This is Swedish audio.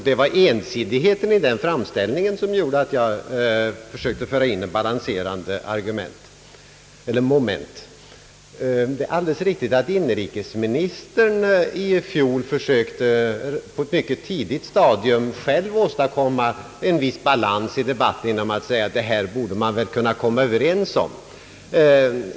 Det var ensidigheten i den framställningen som gjorde att jag försökte föra in ett balanserande moment. Det är alldeles riktigt att inrikesministern i fjol på ett tidigt stadium själv försökte åstadkomma en viss balans i debatten genom att säga, att vi väl borde kunna komma överens.